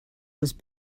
was